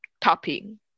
topping